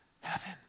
heaven